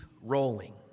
rolling